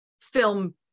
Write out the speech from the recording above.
film